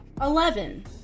eleven